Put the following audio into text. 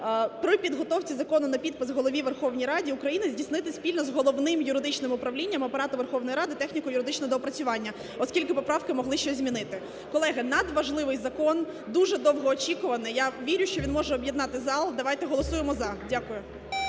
при підготовці закону на підпис Голові Верховній Раді України здійснити спільно з Головним юридичним управлінням Апарату Верховної Ради техніко-юридичне доопрацювання, оскільки поправки могли щось змінити. Колеги, надважливий закон, дуже довгоочікуваний. Я вірю, що він може об'єднати зал, давайте голосуємо "за". Дякую